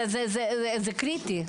זה קריטי.